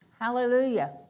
Hallelujah